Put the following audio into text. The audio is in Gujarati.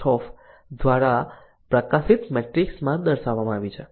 Ansoff દ્વારા પ્રકાશિત મેટ્રિક્સમાં દર્શાવવામાં આવી છે